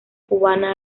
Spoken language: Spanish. cubana